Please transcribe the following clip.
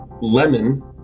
lemon